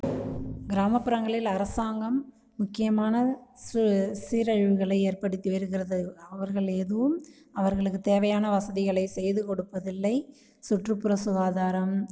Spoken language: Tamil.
கிராமப்புறங்களில் அரசாங்கம் முக்கியமான சீரழிவுகளை ஏற்படுத்தி வருகிறது அவர்கள் எதுவும் அவர்களுக்கு தேவையான வசதிகளை செய்து கொடுப்பதில்லை சுற்றுப்புற சுகாதாரம்